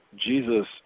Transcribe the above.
Jesus